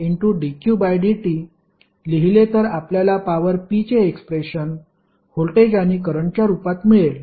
dqdt लिहिले तर आपल्याला पॉवर P चे एक्सप्रेशन व्होल्टेज आणि करंटच्या रूपात मिळेल